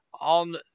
on